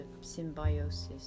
symbiosis